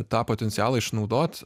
tą potencialą išnaudot